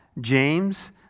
James